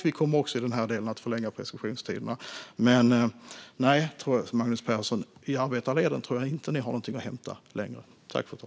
Vi kommer också i den här delen att förlänga preskriptionstiderna. Jag tror inte att ni längre har någonting att hämta i arbetarleden, Magnus Persson.